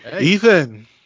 Ethan